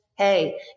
Hey